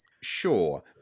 Sure